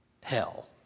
hell